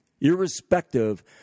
irrespective